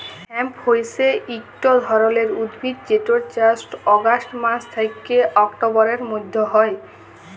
hemp হইসে একট ধরণের উদ্ভিদ যেটর চাস অগাস্ট মাস থ্যাকে অক্টোবরের মধ্য হয়